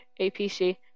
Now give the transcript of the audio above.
APC